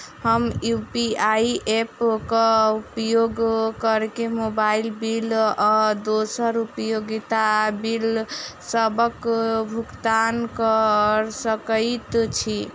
हम UPI app क उपयोग करके मोबाइल बिल आ दोसर उपयोगिता बिलसबक भुगतान कर सकइत छि